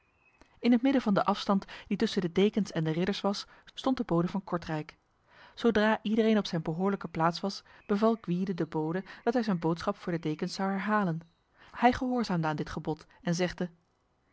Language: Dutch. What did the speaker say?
in het midden van de afstand die tussen de dekens en de ridders was stond de bode van kortrijk zodra iedereen op zijn behoorlijke plaats was beval gwyde de bode dat hij zijn boodschap voor de dekens zou herhalen hij gehoorzaamde aan dit gebod en zegde